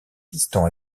piston